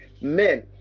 men